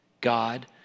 God